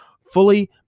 fully